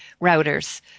routers